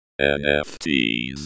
NFTs